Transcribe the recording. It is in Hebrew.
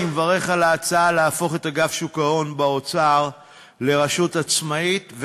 אני מברך על ההצעה להפוך את אגף שוק ההון באוצר לרשות עצמאית.